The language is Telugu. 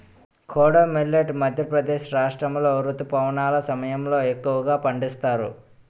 కోడో మిల్లెట్ మధ్యప్రదేశ్ రాష్ట్రాములో రుతుపవనాల సమయంలో ఎక్కువగా పండిస్తారు